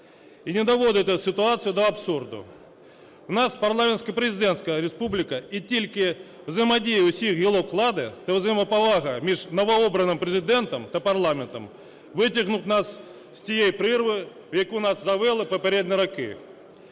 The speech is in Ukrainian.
і не доводити ситуацію до абсурду. У нас парламентсько-президентська республіка, і тільки взаємодія усіх гілок влади та взаємоповага між новообраним Президентом та парламентом витягнуть нас з тієї прірви, в яку нас завели в попередні роки.